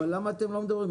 אבל למה אתם לא מדברים?